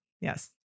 Yes